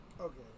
Okay